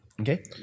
Okay